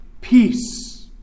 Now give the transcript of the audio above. peace